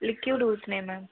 liquid ஊற்றினேன் ma'am